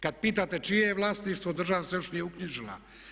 Kad pitate čije je vlasništvo država se još nije uknjižila.